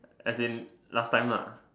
as in last time lah